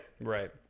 Right